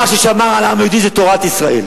מה ששמר על העם היהודי זה תורת ישראל.